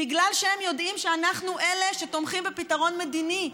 בגלל שהם יודעים שאנחנו אלה שתומכים בפתרון מדיני,